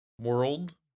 world